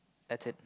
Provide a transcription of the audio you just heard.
that's it